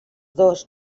dos